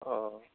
अ